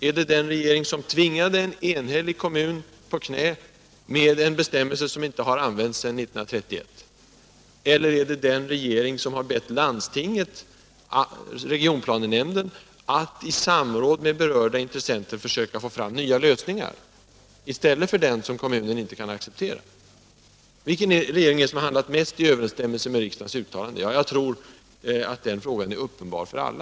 Är det den regering som tvingade en enhällig kommun på knä med en bestämmelse som inte har använts sedan 1931, eller är det den regering som har anmodat regionplanenämnden att i samråd med berörda intressenter försöka få fram nya lösningar i stället för den som kommunen inte kan acceptera? Vilken regering är det som har handlat mest i överensstämmelse med riksdagens uttalande? Jag tror att svaret på den frågan är uppenbart för alla.